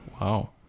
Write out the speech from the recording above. Wow